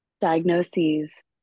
diagnoses